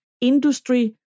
industry